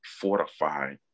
fortify